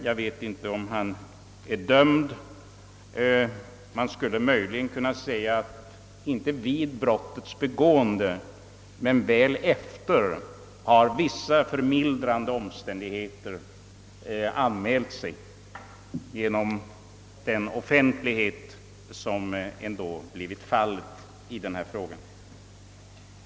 Jag vet inte om vederbörande är dömd. Man skulle möjligen kunna säga att, inte vid brottets begående men väl efteråt, har vissa förmildrande omständigheter framkommit tack vare den offentlighet som ändå kommit till stånd i frågan.